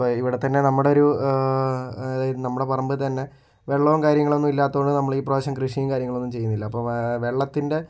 അപ്പോൾ ഇവിടെ തന്നെ നമ്മടെ ഒരു നമ്മുടെ പറമ്പിൽ തന്നെ വെള്ളവും കാര്യങ്ങളൊന്നും ഇല്ലാത്ത കൊണ്ട് നമ്മള് ഈ പ്രാവശ്യം കൃഷിയും കാര്യങ്ങളൊന്നും ചെയ്യുന്നില്ല അപ്പോൾ വെള്ളത്തിൻ്റെ